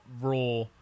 Raw